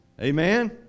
amen